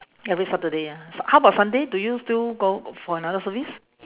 every saturday ah su~ how about sunday do you still go for another service